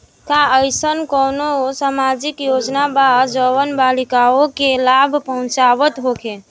का एइसन कौनो सामाजिक योजना बा जउन बालिकाओं के लाभ पहुँचावत होखे?